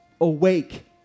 Awake